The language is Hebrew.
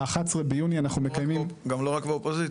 ב-11 ביוני אנחנו מקיימים --- גם לא רק באופוזיציה.